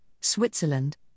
Switzerland